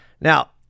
Now